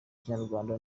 kinyarwanda